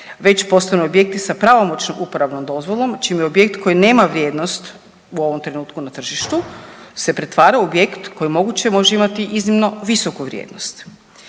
već postanu objekti sa pravomoćnom uporabnom dozvolom, čime objekt koji nema vrijednost u ovom trenutku na tržištu, se pretvara u objekt koje je moguće, može imati iznimno visoku vrijednost